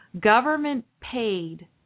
government-paid